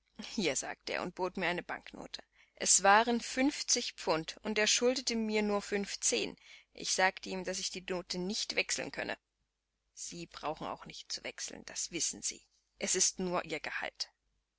hier sagte er und bot mir eine banknote es waren fünfzig pfund und er schuldete mir nur fünfzehn ich sagte ihm daß ich die note nicht wechseln könne sie brauchen auch nicht zu wechseln das wissen sie es ist nur ihr gehalt